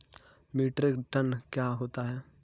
Metric tonne क्या होता है?